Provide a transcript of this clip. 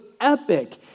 epic